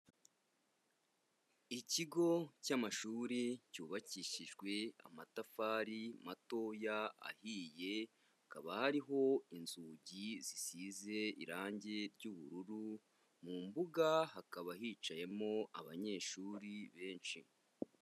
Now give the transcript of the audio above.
Ikigo cy'amashuri cyubakishijwe amatafari matoya ahiye, hakaba hariho inzugi zisize irangi ry'ubururu, mu mbuga hakaba hicayemo abanyeshuri benshi.